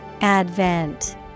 Advent